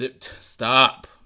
Stop